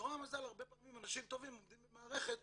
לרוע המזל הרבה פעמים אנשים טובים עובדים במערכת